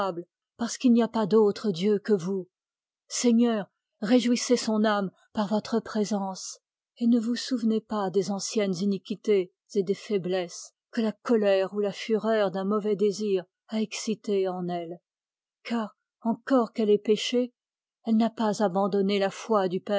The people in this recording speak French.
parce qu'il n'y a pas d'autre dieu que vous seigneur réjouissez son âme par votre présence et ne vous souvenez pas des anciennes iniquités et des faiblesses que la colère ou la fureur d'un mauvais désir a excitées en elle car encore qu'elle ait péché elle n'a pas abandonné la foi du